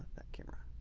that camera.